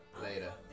Later